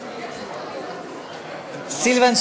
רבותי,